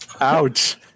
Ouch